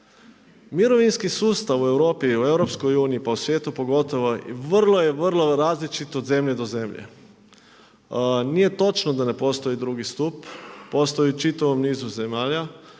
mirovinski sustav u Europi i u EU pa u svijetu pogotovo vrlo je vrlo različit od zemlje do zemlje. Nije točno da ne postoji drugi stup. Postoji u čitavom nizu zemalja,